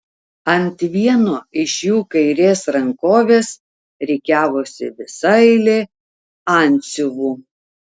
ant vieno iš jų kairės rankovės rikiavosi visa eilė antsiuvų